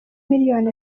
miliyoni